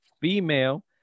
female